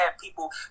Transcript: people